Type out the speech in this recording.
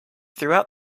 throughout